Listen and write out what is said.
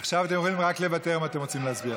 עכשיו אתם יכולים רק לוותר אם אתם רוצים להצביע.